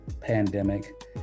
pandemic